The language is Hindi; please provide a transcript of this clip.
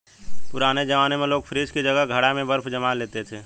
पुराने जमाने में लोग फ्रिज की जगह घड़ा में बर्फ जमा लेते थे